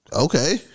okay